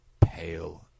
pale